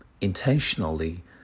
intentionally